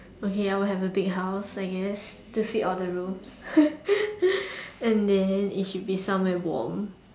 okay I will have a big house I guess to fit all the rooms and then it should be somewhere warm